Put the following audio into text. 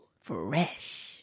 Fresh